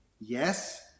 Yes